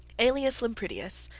aelius lampridius,